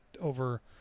over